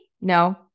No